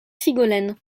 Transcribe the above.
sigolène